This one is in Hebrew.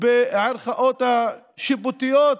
בערכאות השיפוטיות.